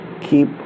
Keep